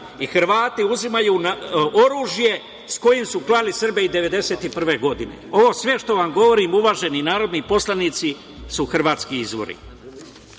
i Hrvati uzimaju oružje s kojim su klali Srbe i 1991. godine. Sve ovo što vam govorim, uvaženi narodni poslanici, su hrvatski